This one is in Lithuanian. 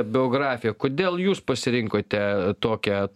biografija kodėl jūs pasirinkote tokią